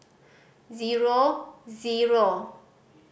zero zero